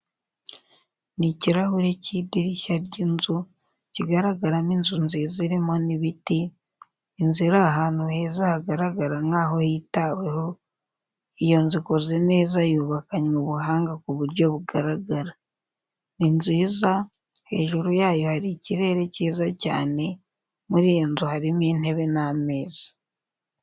Ni ikirahure cy'idirishya ry'inzu, kigaragaramo inzu nziza irimo n'ibiti, inzu iri ahantu heza hagaragara nkaho hitahweho, iyo nzu ikoze neza yubakanywe ubuhanga ku buryo bigaragara. Ni nziza, hejuru yayo hari ikirere cyiza cyane, muri iyo nzu harimo intebe n'ameza.